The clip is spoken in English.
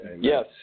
Yes